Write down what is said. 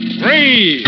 three